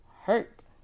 hurt